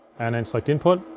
and then select input.